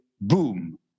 boom